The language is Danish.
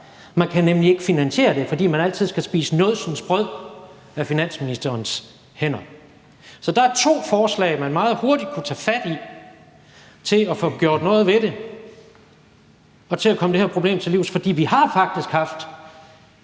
Man kan nemlig ikke finansiere det, fordi man altid skal spise nådsensbrød af finansministerens hænder. Så der er to forslag, man meget hurtigt kunne tage fat på for at få gjort noget ved det og for at komme det problem til livs. For der har faktisk været